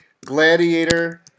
Gladiator